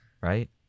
Right